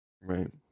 Right